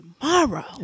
tomorrow